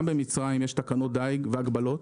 גם במצרים יש תקנות דיג והגבלות.